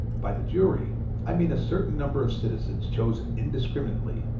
by the jury i mean a certain number of citizens chosen indiscriminately,